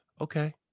Okay